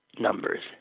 numbers